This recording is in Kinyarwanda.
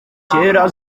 kera